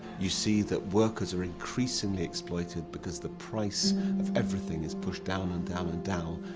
you see that workers are increasingly exploited because the price of everything is pushed down and down and down,